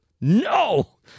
no